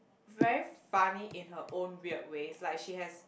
very funny in her own weird way like she has